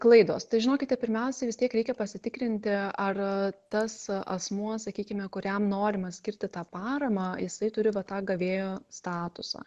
klaidos tai žinokite pirmiausia vis tiek reikia pasitikrinti ar tas asmuo sakykime kuriam norima skirti tą paramą jisai turi va tą gavėjo statusą